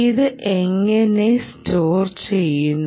ഇത് എങ്ങനെ സ്റ്റോർ ചെയ്യുന്നു